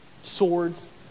swords